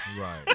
Right